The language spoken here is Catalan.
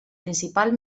principal